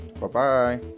Bye-bye